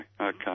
okay